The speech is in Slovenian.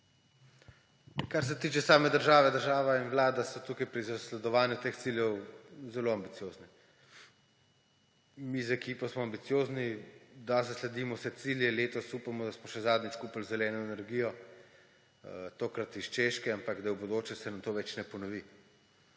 Kar se tiče same države, država in Vlada sta tukaj pri zasledovanju teh ciljev zelo ambiciozni. Mi z ekipo smo ambiciozni, da zasledimo vse cilje, letos upamo, da smo še zadnjič kupili zeleno energijo, tokrat iz Češke, ampak da v bodoče se nam to več ne ponovi.